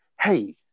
hey